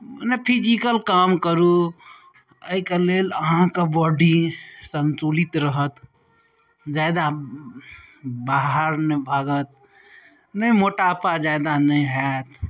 मनऽ physical काम करू अइके लेल अहाँके बॉडी सन्तुलित रहत जादा बाहर नहि भागत ने मोटापा जादा नहि होयत